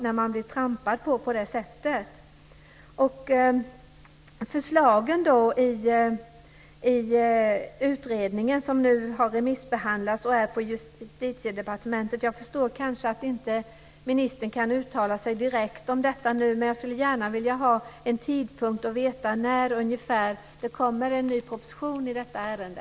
Jag förstår att ministern inte kan uttala sig om förslagen i utredningen som har remissbehandlats och som nu finns hos Justitiedepartement. Men jag skulle gärna vilja veta när ungefär det kommer en proposition i detta ärende.